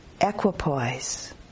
equipoise